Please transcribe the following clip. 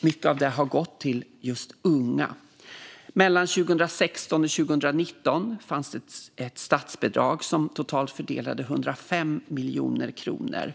Mycket av det gick till just unga. Mellan 2016 och 2019 fanns det ett statsbidrag som totalt fördelade 105 miljoner kronor.